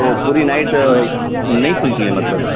تو پوری نائٹ نہیں کھلتی ہے مطلب